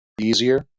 easier